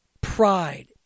pride